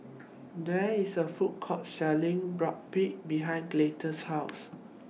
There IS A Food Court Selling Boribap behind Clytie's House